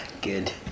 Good